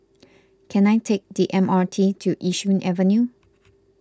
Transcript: can I take the M R T to Yishun Avenue